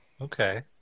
Okay